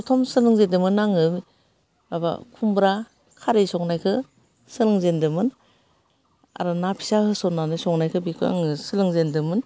प्रथम सोलोंजेनदोंमोन आङो माबा खुमब्रा खारै संनायखौ सोलोंजेनदोंमोन आरो ना फिसा होसननानै संनायखौ बिखौ आङो सोलोंजेनदोंमोन